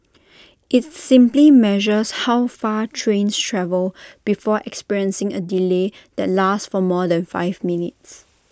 IT simply measures how far trains travel before experiencing A delay that lasts for more than five minutes